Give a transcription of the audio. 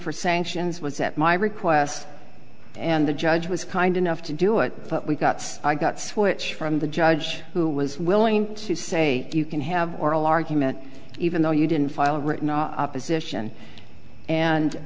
for sanctions was at my request and the judge was kind enough to do it but we gots i got switched from the judge who was willing to say you can have oral argument even though you didn't file a written opposition and